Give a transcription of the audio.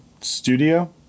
studio